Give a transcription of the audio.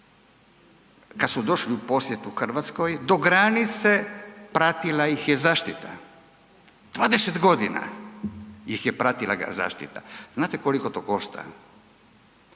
kad su došli u posjet u Hrvatskoj do granice pratila ih je zaštita, 20 godina ih je pratila zaštita. Znate koliko to košta?